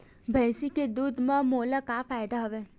भैंसिया के दूध म मोला का फ़ायदा हवय?